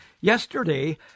Yesterday